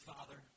Father